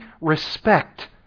respect